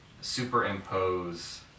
superimpose